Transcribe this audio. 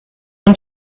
اون